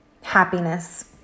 happiness